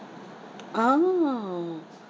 !ow!